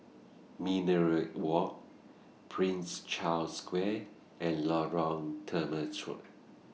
Minaret Walk Prince Charles Square and Lorong Temechut